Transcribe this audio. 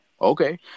Okay